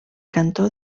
cantó